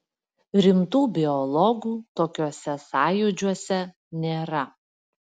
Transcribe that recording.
rimtų biologų tokiuose sąjūdžiuose nėra